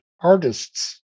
artists